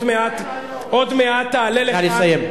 נא לסיים.